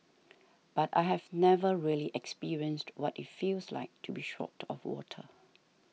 but I have never really experienced what it feels like to be short of water